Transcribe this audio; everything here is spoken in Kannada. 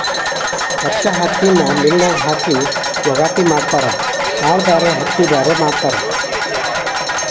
ಕಚ್ಚಾ ಹತ್ತಿನ ಮಿಲ್ ನ್ಯಾಗ ಹಾಕಿ ವಗಾತಿ ಮಾಡತಾರ ಕಾಳ ಬ್ಯಾರೆ ಹತ್ತಿ ಬ್ಯಾರೆ ಮಾಡ್ತಾರ